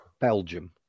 Belgium